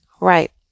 Right